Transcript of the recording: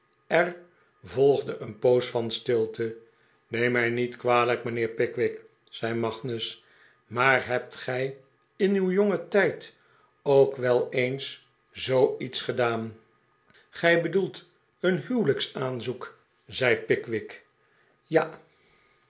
er volgde een poos van stilte neem mij niet kwalijk mijnheer pickwick zei magnus maar hebt gij in uw jongen tijd ook wel eens zoo lets gedaan qij bedoelt een huwelijksaanzoek zei pickwick ja